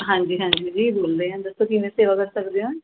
ਹਾਂਜੀ ਹਾਂਜੀ ਜੀ ਬੋਲਦੇ ਹਾਂ ਦੱਸੋ ਕਿਵੇਂ ਸੇਵਾ ਕਰ ਸਕਦੇ ਹਾਂ